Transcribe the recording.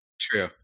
True